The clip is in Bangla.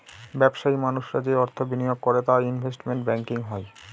ব্যবসায়ী মানুষরা যে অর্থ বিনিয়োগ করে তা ইনভেস্টমেন্ট ব্যাঙ্কিং হয়